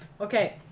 Okay